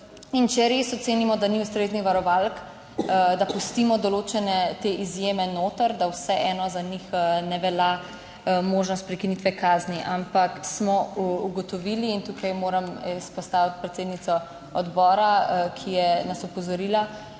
če res ocenimo, da ni ustreznih varovalk, da pustimo določene te izjeme noter, da vseeno za njih ne velja možnost prekinitve kazni, ampak smo ugotovili, in tukaj moram izpostaviti predsednico odbora, ki je nas opozorila